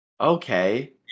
Okay